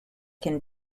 can